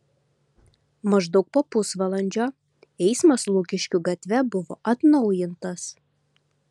maždaug po pusvalandžio eismas lukiškių gatve buvo atnaujintas